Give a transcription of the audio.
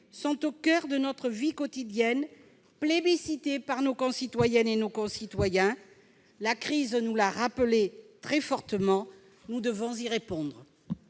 sont au coeur de notre vie quotidienne, plébiscitées par nos concitoyennes et nos concitoyens. La crise nous l'a rappelé très fortement. Nous devons y répondre.